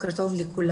בוקר טוב לכולם.